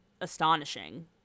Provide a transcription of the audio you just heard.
astonishing